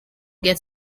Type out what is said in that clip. get